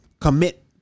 commit